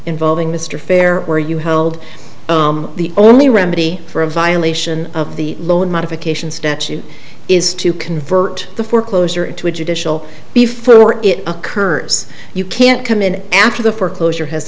involving mr fair where you held the only remedy for a violation of the loan modification statute is to convert the foreclosure into a judicial before it occurs you can't come in after the foreclosure has